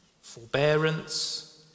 forbearance